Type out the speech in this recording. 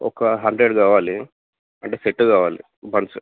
ఒక హండ్రెడ్ కావాలి అంటే సెట్ కావాలి బల్క్